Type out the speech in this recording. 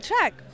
check